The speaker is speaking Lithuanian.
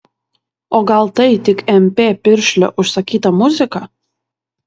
o gal tai tik mp piršlio užsakyta muzika